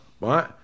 right